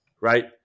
right